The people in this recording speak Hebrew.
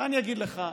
מה אני אגיד לך,